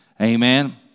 Amen